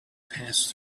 passed